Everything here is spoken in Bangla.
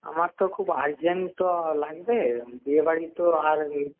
আমার তো খুব আর্জেন্ট তো লাগবে বিয়েবাড়ি তো আর